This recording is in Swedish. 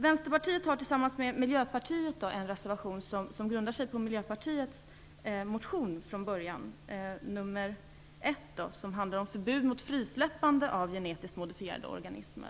Vänsterpartiet har tillsammans med Miljöpartiet en reservation, nr 1, som grundar sig på Miljöpartiets motion om förbud mot frisläppande av genetiskt modifierade organismer.